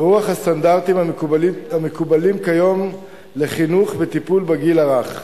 ברוח הסטנדרטים המקובלים כיום לחינוך וטיפול בגיל הרך,